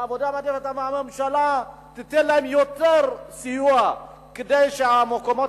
הממשלה תיתן להם יותר סיוע כדי שמקומות